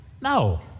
No